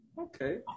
Okay